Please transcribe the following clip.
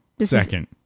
Second